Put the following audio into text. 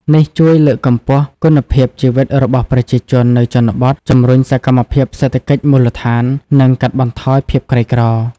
នេះជួយលើកកម្ពស់គុណភាពជីវិតរបស់ប្រជាជននៅជនបទ ជំរុញសកម្មភាពសេដ្ឋកិច្ចមូលដ្ឋាន និងកាត់បន្ថយភាពក្រីក្រ។